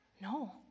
No